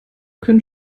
können